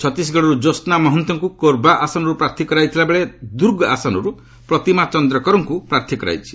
ଛତିଶଗଡ଼ରୁ ଜ୍ୟୋସ୍ନା ମହନ୍ତଙ୍କୁ କୋର୍ବା ଆସନରୁ ପ୍ରାର୍ଥୀ କରାଯାଇଥିବା ବେଳେ ଦୁର୍ଗ୍ ଆସନରୁ ପ୍ରତିମା ଚନ୍ଦ୍ରକରଙ୍କୁ ପ୍ରାର୍ଥୀ କରାଯାଇଛି